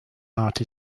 art